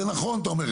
אתה אומר,